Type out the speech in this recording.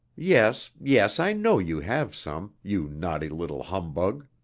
yes, yes, i know you have some, you naughty little humbug.